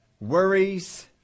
worries